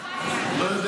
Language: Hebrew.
לא הספקנו.